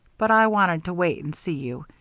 but i wanted to wait and see you.